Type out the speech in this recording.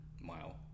mile